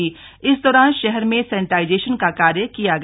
lockdown के दौरान शहर में सैनिटाइजेशन का कार्य किया गया